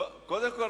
קודם כול,